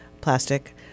plastic